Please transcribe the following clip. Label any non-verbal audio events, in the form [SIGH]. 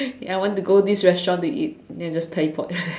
ya want to go this restaurant to eat then I just teleport [LAUGHS]